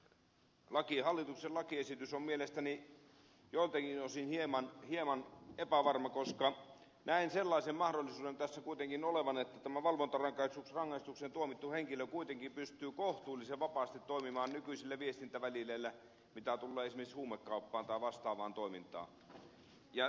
käsittelyssä oleva hallituksen lakiesitys on mielestäni joiltakin osin hieman epävarma koska näen sellaisen mahdollisuuden tässä kuitenkin olevan että tämä valvontarangaistukseen tuomittu henkilö kuitenkin pystyy kohtuullisen vapaasti toimimaan nykyisillä viestintävälineillä mitä tulee esimerkiksi huumekauppaan tai vastaavaan toimintaan